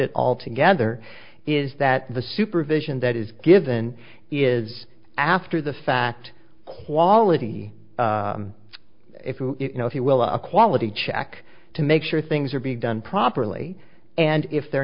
it all together is that the supervision that is given is after the fact quality you know if you will a quality check to make sure things are being done properly and if they're